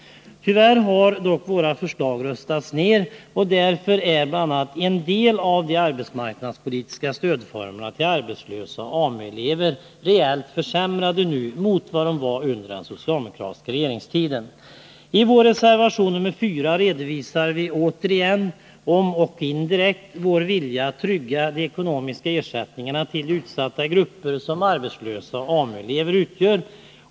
Tyvärr har våra förslag dock röstats ner, och därför är bl.a. en del av de arbetsmarknadspol ka stödformerna till arbetslösa och AMU-elever nu reellt försämrade jämfört med vad som var fallet under den socialdemokratiska regeringstiden. I vår reservation nr 4 redovisar vi åter vår vilja att trygga de ekonomiska ersättningarna till de utsatta grupper som arbetslösa och AMU-elever utgör.